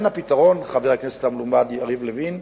לכן הפתרון, חבר הכנסת המלומד יריב לוין,